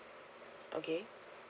okay